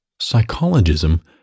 psychologism